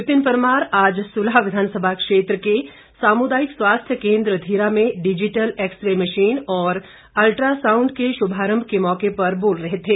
विपिन परमार आज सुल्ह विधानसभा क्षेत्र के सामुदायिक स्वास्थ्य केंद्र धीरा में डिजिटल एक्सरे मशीन और अल्ट्रासांउड के शुभारंभ के मौके पर बोल रहे थे